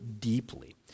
deeply